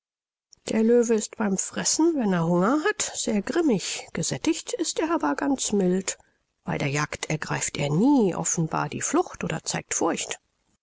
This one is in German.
der löwe ist beim fressen wenn er hunger hat sehr grimmig gesättigt ist er aber ganz mild bei der jagd ergreift er nie offenbar die flucht oder zeigt furcht